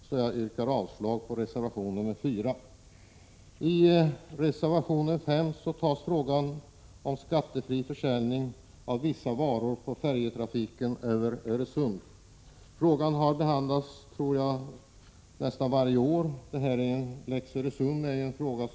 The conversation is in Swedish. Jag yrkar därför avslag på reservation nr 4. I reservation nr 5 upptas frågan om skattefri försäljning av vissa varor i samband med färjetrafiken över Öresund. Såvitt jag vet har denna fråga behandlats snart sagt varje år.